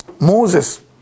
Moses